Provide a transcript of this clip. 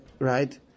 Right